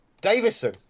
Davison